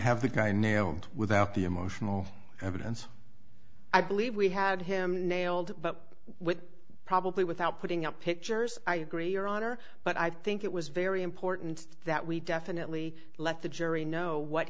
have the guy nailed without the emotional evidence i believe we had him nailed but probably without putting up pictures i agree your honor but i think it was very important that we definitely let the jury know what